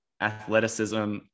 athleticism